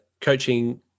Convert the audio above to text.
coaching